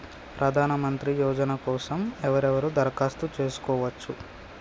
ప్రధానమంత్రి యోజన కోసం ఎవరెవరు దరఖాస్తు చేసుకోవచ్చు?